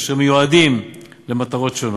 ואשר מיועדים למטרות שונות,